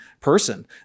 person